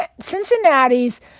Cincinnati's